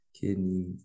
kidney